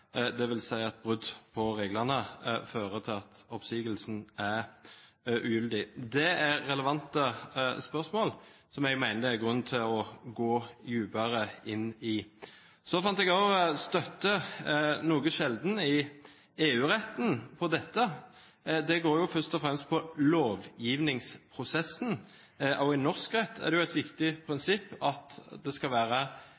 at brudd på reglene fører til at oppsigelsen er ugyldig. Dette er relevante spørsmål som jeg mener det er grunn til å gå dypere inn i. Jeg fant også, noe sjeldent, støtte for dette i EU-retten. Det går først og fremst på lovgivningsprosessen, og i norsk rett er det jo et viktig